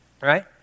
Right